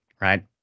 right